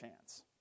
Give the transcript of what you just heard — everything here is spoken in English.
chance